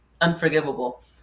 unforgivable